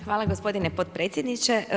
Hvala gospodine potpredsjedniče.